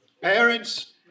Parents